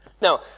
Now